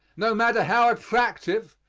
no matter how attractive,